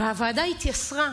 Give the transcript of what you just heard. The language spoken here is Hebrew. הוועדה התייסרה.